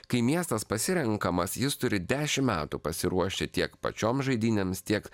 kai miestas pasirenkamas jis turi dešim metų pasiruošti tiek pačiom žaidynėms tiek